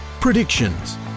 predictions